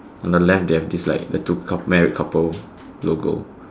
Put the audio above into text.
on the left they have this like the two married couple logo